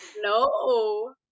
No